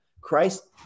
Christ